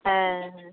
ᱦᱮᱸ ᱦᱮᱸ